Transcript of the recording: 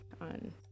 on